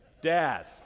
Dad